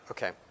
Okay